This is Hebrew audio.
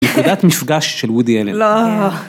נקודת מפגש וודי אלן.